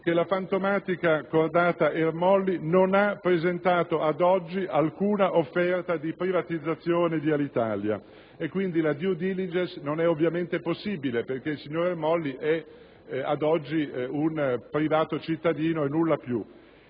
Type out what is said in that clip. che la fantomatica cordata Ermolli non ha presentato ad oggi alcuna offerta di privatizzazione di Alitalia e quindi la *due diligence* non è ovviamente possibile, perché il signor Ermolli è ad oggi un privato cittadino e nulla più.